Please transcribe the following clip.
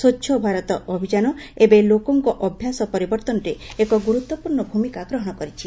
ସ୍ୱଚ୍ଛ ଭାରତ ଅଭିଯାନ ଏବେ ଲୋକଙ୍କ ଅଭ୍ୟାସ ପରିବର୍ତ୍ତନରେ ଏକ ଗୁରୁତ୍ୱପୂର୍ଣ୍ଣ ଭୂମିକା ଗ୍ରହଣ କରିଛି